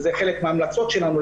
זה חלק מההמלצות שלנו,